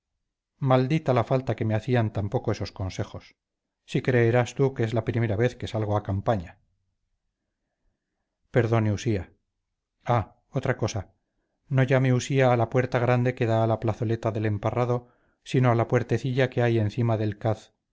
maldita la falta que me hacían tampoco esos consejos si creerás tú que es la primera vez que salgo a campaña perdone usía ah otra cosa no llame usía a la puerta grande que da a la plazoleta del emparrado sino a la puertecilla que hay encima del caz